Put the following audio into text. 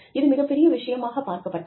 இது மிகப்பெரிய விஷயமாக பார்க்கப்பட்டது